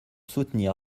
soutenir